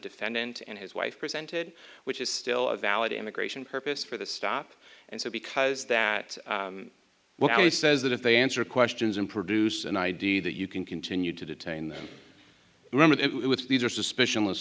defendant and his wife presented which is still a valid immigration purpose for the stop and so because that what he says that if they answer questions and produce an i d that you can continue to detain them these are suspicion